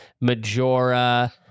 Majora